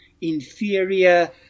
inferior